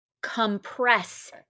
compress